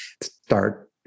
start